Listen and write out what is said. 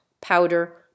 powder